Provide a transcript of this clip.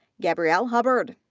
gabrielle hubbard.